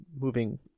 moving